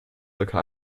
circa